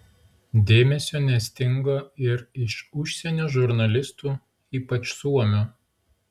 dėmesio nestinga ir iš užsienio žurnalistų ypač suomių